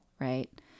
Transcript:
right